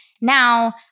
now